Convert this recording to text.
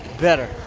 better